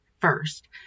first